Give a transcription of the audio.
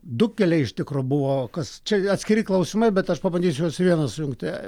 du keliai iš tikro buvo kas čia atskiri klausimai bet aš pabandysiu juos į vieną sujungti